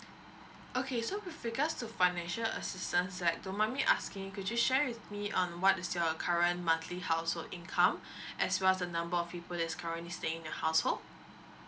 okay so with regards to financial assistance like don't mind me asking could you share with me on what is your current monthly household income as well as the number of people that is currently staying in your household